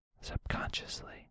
subconsciously